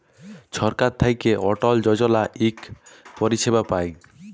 ছরকার থ্যাইকে অটল যজলা ইক পরিছেবা পায়